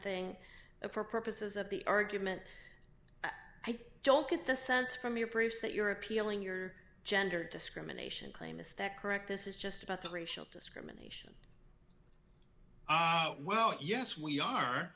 thing for purposes of the argument i don't get the sense from your proofs that you're appealing your gender discrimination claim is that correct this is just about the racial discrimination well yes we